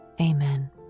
Amen